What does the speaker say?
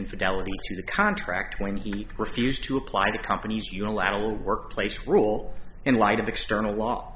infidelity to the contract when he refused to apply the company's unilateral workplace rule in light of external law